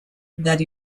that